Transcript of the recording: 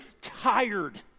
tired